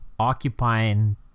occupying